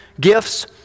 gifts